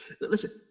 listen